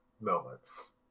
moments